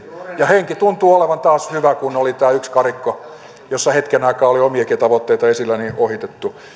henki tuntuu olevan taas hyvä kun tämä yksi karikko jossa hetken aikaa oli omiakin tavoitteita esillä on ohitettu